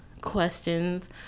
questions